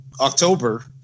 October